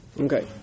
Okay